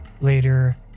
later